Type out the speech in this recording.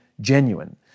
genuine